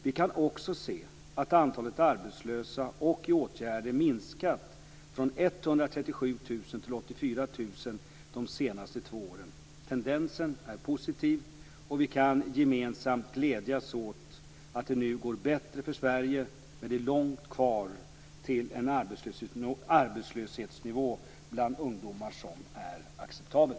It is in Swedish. Vi kan också se att antalet arbetslösa och i åtgärder minskat från 137 000 till 84 000 de senaste två åren. Tendensen är positiv, och vi kan gemensamt glädjas åt att det nu går bättre för Sverige, men det är långt kvar till en arbetslöshetsnivå bland ungdomarna som är acceptabel.